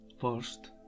first